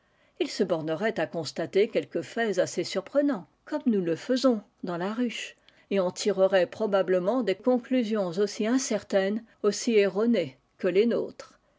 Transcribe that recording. il se bornerait à constater quelques faits assez surprenants comme nous le faisons dans la ruche et en tirerait probablement des concluns aussi incertaines aussi erronées que les